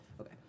Okay